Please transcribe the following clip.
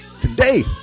Today